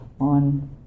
on